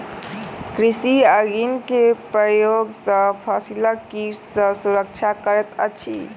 कृषक अग्नि के प्रयोग सॅ फसिलक कीट सॅ सुरक्षा करैत अछि